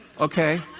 Okay